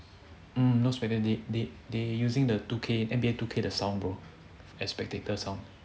mm no spectator they they they using the two K N_B_A two K the sound bro as spectators sound